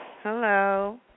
Hello